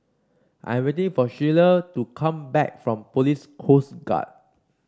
I'm waiting for Shelia to come back from Police Coast Guard